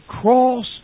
cross